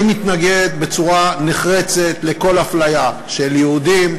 אני מתנגד בצורה נחרצת לכל אפליה של יהודים,